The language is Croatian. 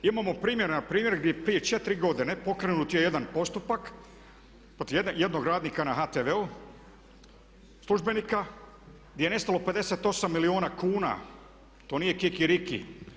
Imamo primjeren primjer gdje prije 4 godine pokrenut je jedan postupak protiv jednog radnika na HTV-u, službenika gdje je nestalo 58 milijuna kuna, to nije kikiriki.